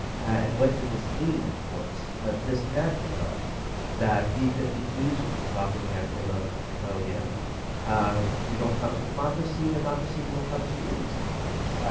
and what did this mean of course, what this meant was that b five two s would be dropping their payload on cambodia. and if you don't come to democracy, democracy will come to you sometimes.